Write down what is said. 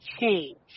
change